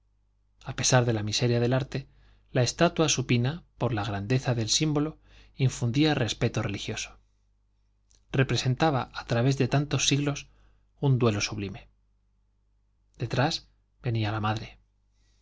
a pesar de la miseria del arte la estatua supina por la grandeza del símbolo infundía respeto religioso representaba a través de tantos siglos un duelo sublime detrás venía la madre